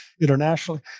internationally